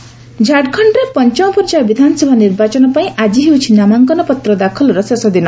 Jharkhand elections ଝାଡ଼ଖଣ୍ଡରେ ପଞ୍ଚମ ପର୍ଯ୍ୟାୟ ବିଧାନସଭା ନିର୍ବାଚନ ପାଇଁ ଆଜି ହେଉଛି ନାମାଙ୍କନପତ୍ର ଦାଖଲର ଶେଷ ଦିନ